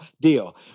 deal